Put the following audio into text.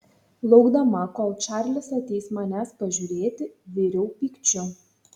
laukdama kol čarlis ateis manęs pažiūrėti viriau pykčiu